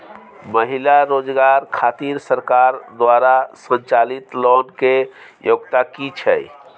महिला रोजगार खातिर सरकार द्वारा संचालित लोन के योग्यता कि छै?